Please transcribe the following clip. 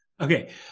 okay